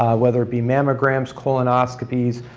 whether it be mammograms, colonoscopies,